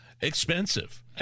expensive